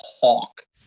talk